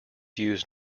used